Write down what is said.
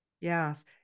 yes